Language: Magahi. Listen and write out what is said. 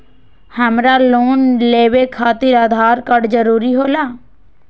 हमरा लोन लेवे खातिर आधार कार्ड जरूरी होला?